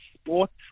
sports